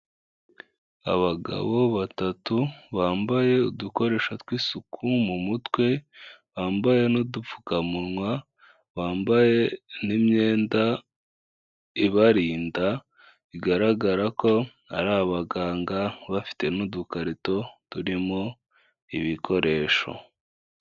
Abagabo batatu bambaye udukoresho tw'isuku mu mutwe, bambaye n'udupfukamunwa, bambaye n'imyenda ibarinda, bigaragara ko ari abaganga bafite n'udukarito turimo ibikoresho.